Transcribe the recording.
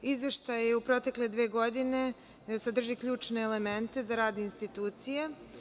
Izveštaj u protekle dve godine sadrži ključne elemente za rad institucija.